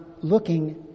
looking